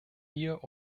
hier